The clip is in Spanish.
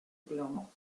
plomo